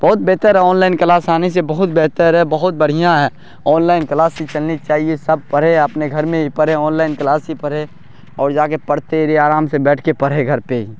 بہت بہتر ہے آن لائن کلاس آنے سے بہت بہتر ہے بہت بڑھیا ہے آن لائن کلاسیں چلنی چاہیے سب پڑھے اپنے گھر میں بھی پڑھے آن لائن کلاس ہی پڑھے اور جا کے پڑھتے رہیے آرام سے بیٹھ کے پڑھے گھر پہ ہی